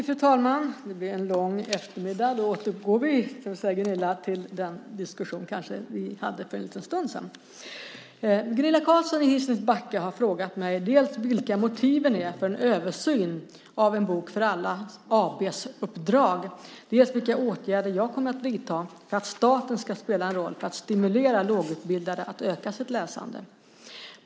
Fru talman! Det blir en lång eftermiddag. Då återgår vi, Gunilla, till den diskussion vi hade för en liten stund sedan. Gunilla Carlsson i Hisings Backa har frågat mig dels vilka motiven är för en översyn av En bok för alla AB:s uppdrag, dels vilka åtgärder jag kommer att vidta för att staten ska spela en roll för att stimulera lågutbildade att öka sitt läsande.